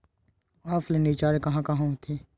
Offline recharge कहां होथे?